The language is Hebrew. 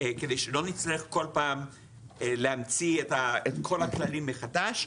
כדי שלא נצטרך כל פעם להמציא את כל הכללים מחדש.